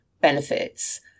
benefits